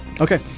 Okay